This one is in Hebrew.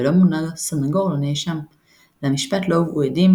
ולא מונה סנגור לנאשם; למשפט לא הובאו עדים,